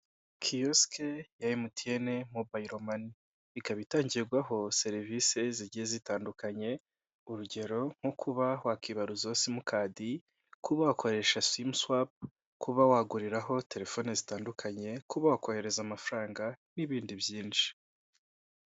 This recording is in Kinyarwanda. Kiyosiki ya emutiyene mobayiro mani ikaba itangirwaho serivisi zigiye zitandukanye, urugero nko kuba wakibaruza simukadi kuba wakoresha simu swapu, kuba waguriraho telefoni zitandukanye, kuba wakohereza amafaranga n'ibindi byinshi.